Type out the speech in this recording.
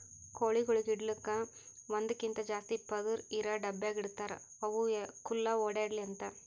ಕೋಳಿಗೊಳಿಗ್ ಇಡಲುಕ್ ಒಂದಕ್ಕಿಂತ ಜಾಸ್ತಿ ಪದುರ್ ಇರಾ ಡಬ್ಯಾಗ್ ಇಡ್ತಾರ್ ಅವು ಖುಲ್ಲಾ ಓಡ್ಯಾಡ್ಲಿ ಅಂತ